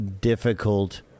difficult